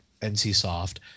NCSoft